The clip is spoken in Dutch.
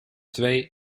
twee